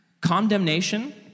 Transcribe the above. Condemnation